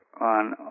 on